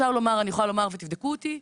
אני יכולה לומר ותבדקו אותי,